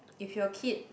if your kid